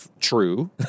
True